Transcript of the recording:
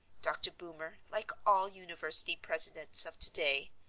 dr. boomer, like all university presidents of today,